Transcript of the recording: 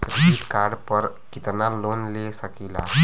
Credit card पर कितनालोन ले सकीला?